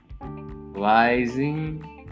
rising